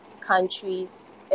countries